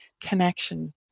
connection